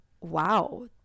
wow